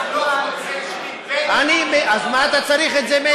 בתוך יישוב, אז מה אתה צריך את זה?